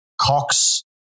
Cox